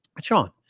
Sean